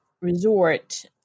Resort